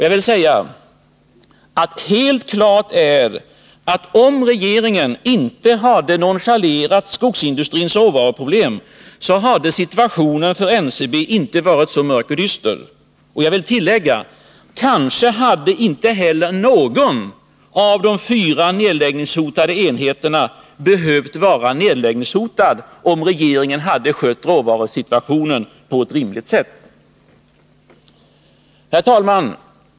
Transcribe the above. Jag vill säga att det är helt klart att om regeringen inte hade nonchalerat skogsindustrins råvaruproblem, så hade situationen för NCB inte varit så mörk och dyster. Jag vill tillägga att kanske inte heller någon av de fyra nedläggningshotade enheterna hade behövt vara nedläggningshotad, om regeringen hade skött råvarusituationen på ett rimligt sätt. Herr talman!